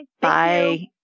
Bye